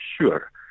sure